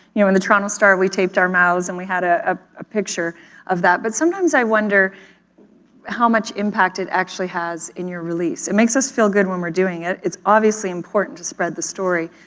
you know the toronto star, we taped our mouths and we had a ah ah picture of that but sometimes i wonder how much impact it actually has in your release. it makes us feel good when we're doing it, it's obviously important to spread the story,